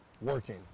working